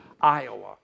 iowa